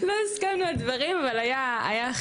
לא הסכמנו על דברים, אבל היה חיבור.